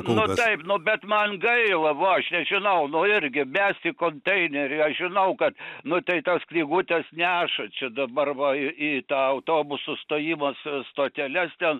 nu taip nu bet man gaila va aš nežinau nu irgi mest į konteinerį aš žinau kad nu tai tas knygutes neša čia dabar va į į tą autobusų stojimas stoteles ten